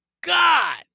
God